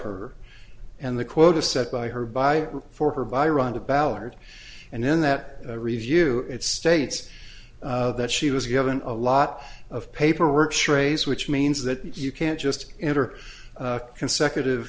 her and the quota set by her by for her by rhonda ballard and in that review it states that she was given a lot of paperwork charades which means that you can't just enter consecutive